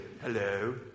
Hello